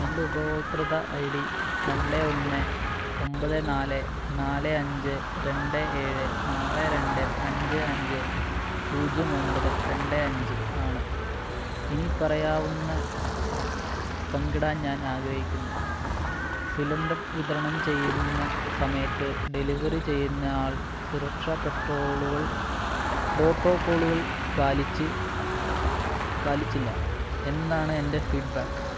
എൻ്റെ ഉപഭോക്തൃ I D രണ്ട് ഒന്ന് ഒമ്പത് നാല് നാല് അഞ്ച് രണ്ട് ഏഴ് ആറ് രണ്ട് അഞ്ച് അഞ്ച് പൂജ്യം ഒമ്പത് രണ്ട് അഞ്ച് ആണ് ഇനിപ്പറയാവുന്നത് പങ്കിടാൻ ഞാൻ ആഗ്രഹിക്കുന്നു സിലിണ്ടർ വിതരണം ചെയ്യുന്ന സമയത്ത് ഡെലിവറി ചെയ്യുന്ന ആൾ സുരക്ഷ പെട്രോളുകൾ പ്രോട്ടോക്കോളുകൾ പാലിച്ചു പാലിച്ചില്ല എന്നതാണ് എൻ്റെ ഫീഡ്ബാക്ക്